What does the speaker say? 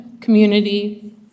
community